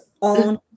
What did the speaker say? on